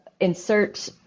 Insert